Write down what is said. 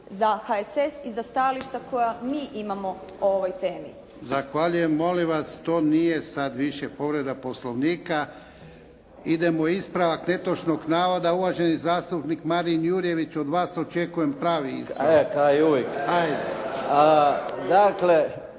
za HSS i za stajališta koja mi imamo o ovoj temi. **Jarnjak, Ivan (HDZ)** Zahvaljujem. Molim vas, to nije sad više povreda Poslovnika. Idemo, ispravak netočnog navoda uvaženi zastupnik Marin Jurjević. Od vas očekujem pravi ispravak. **Jurjević,